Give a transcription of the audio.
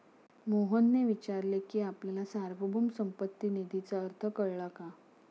मोहनने विचारले की आपल्याला सार्वभौम संपत्ती निधीचा अर्थ कळला का?